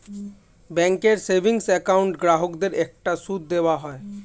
ব্যাঙ্কের savings account গ্রাহকদের একটা সুদ দেওয়া হয়